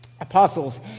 apostles